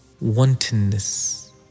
wantonness